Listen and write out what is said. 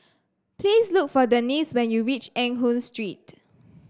please look for Denisse when you reach Eng Hoon Street